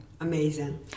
amazing